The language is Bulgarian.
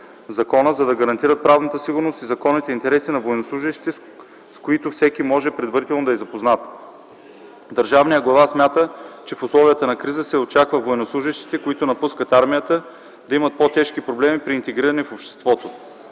за да гарантират правната сигурност и законните интереси на военнослужещите, с които всеки може предварително да е запознат. Държавният глава смята, че в условията на криза се очаква военнослужещите, които напускат армията, да имат по-тежки проблеми при интегриране в обществото.